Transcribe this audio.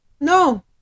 No